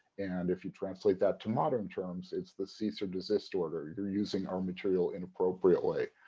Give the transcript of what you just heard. and if you translate that to modern terms, it's the cease or desist order. you're using our material inappropriately.